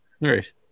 Nice